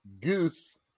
Goose